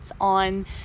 on